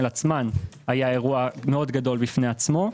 עצמן היה אירוע מאוד גדול בפני עצמו.